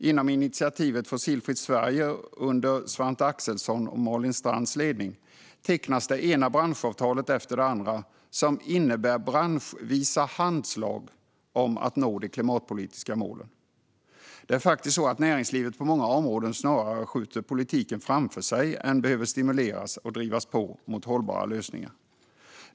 Inom initiativet Fossilfritt Sverige under Svante Axelssons och Malin Strands ledning tecknas det ena branschavtalet efter det andra, vilket innebär branschvisa handslag om att nå de klimatpolitiska målen. Det är faktiskt så att näringslivet på många områden snarare skjuter politiken framför sig än behöver stimuleras och drivas på mot hållbara lösningar.